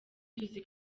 tuzi